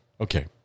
Okay